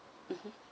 mmhmm